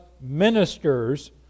ministers